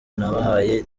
nabahaye